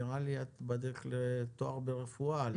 נראה לי שאת בדרך לתואר ברפואה.